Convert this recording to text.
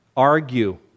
Argue